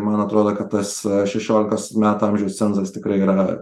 ir man atrodo kad tas šešiolikos metų amžiaus cenzas tikrai yra